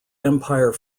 empire